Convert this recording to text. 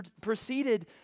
proceeded